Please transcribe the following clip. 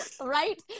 right